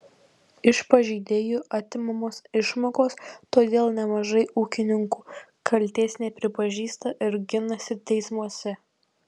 iš pažeidėjų atimamos išmokos todėl nemažai ūkininkų kaltės nepripažįsta ir ginasi teismuose